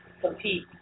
Compete